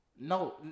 no